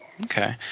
Okay